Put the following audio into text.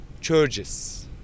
churches